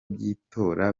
by’itora